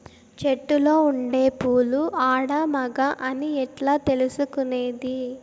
చెట్టులో ఉండే పూలు ఆడ, మగ అని ఎట్లా తెలుసుకునేది?